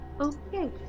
Okay